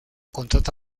contrata